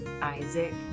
Isaac